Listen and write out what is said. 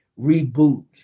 reboot